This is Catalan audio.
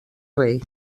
rei